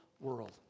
world